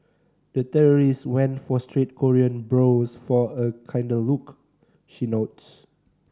the terrorist went for straight Korean brows for a kinder look she notes